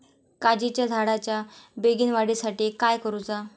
काजीच्या झाडाच्या बेगीन वाढी साठी काय करूचा?